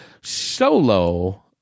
Solo